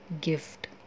gift